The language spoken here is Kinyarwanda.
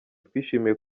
twishimiye